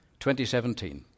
2017